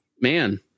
man